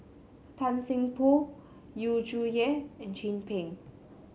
Tan Seng Poh Yu Zhuye and Chin Peng